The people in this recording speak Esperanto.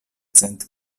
cent